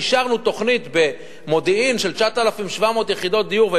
אישרנו תוכנית של 9,700 יחידות דיור במודיעין,